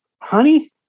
honey